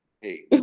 hey